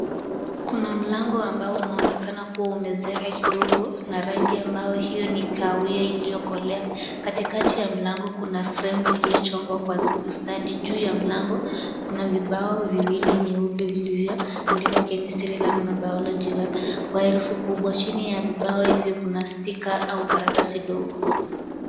Kuna mlango ambao unaonekana kuwa umezeeka kidogo na rangi ambayo hiyo ni kahawia iliyokolea . Katikati ya mlango Kuna fremu iliyochongwa kwa ustadi. Juu ya mlango Kuna vibao viwili nyeupe vilivyoandikwa [c] Chemistry Lab[c] na [c] Biology Lab[c] kwa herufi kubwa. Chini ya vibao hivyo kuna [c] sticker [c] au karatasi ndogo.